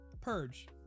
Purge